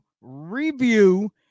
review